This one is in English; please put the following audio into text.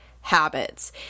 habits